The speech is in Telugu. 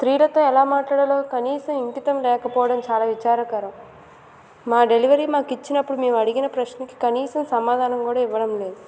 స్త్రీలతో ఎలా మాట్లాడాలో కనీసం ఇంకితం లేకపోవడం చాలా విచారకరం కదా మా డెలివరీ మాకు ఇచ్చినప్పుడు మేము అడిగిన ప్రశ్నకి కనీసం సమాధానం కూడా ఇవ్వడం లేదు